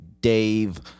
Dave